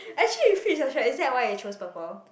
actually it fits your shirt is that why you choose purple